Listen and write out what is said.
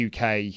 UK